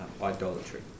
idolatry